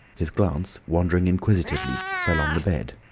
his glance, wandering inquisitively, fell on the bed.